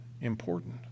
important